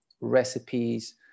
recipes